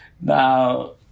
Now